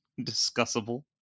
discussable